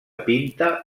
pinta